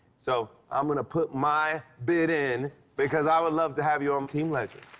so, i'm gonna put my bid in because i would love to have you on team legend.